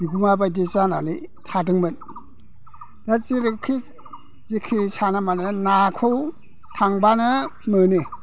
बिगुमा बायदि जानानै थादोंमोन दा जेरैखि जिखि साना मानो नाखौ थांब्लानो मोनो